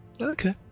Okay